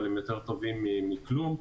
אבל הם טובים מכלום.